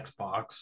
Xbox